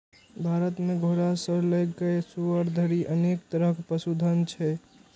भारत मे घोड़ा सं लए कए सुअर धरि अनेक तरहक पशुधन छै